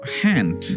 hand